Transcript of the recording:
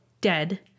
dead